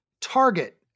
Target